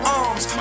arms